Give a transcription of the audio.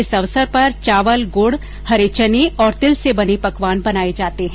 इस अवसर पर चावल गुड़ हरे चने और तिल से बने पकवान बनाए जाते हैं